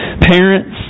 Parents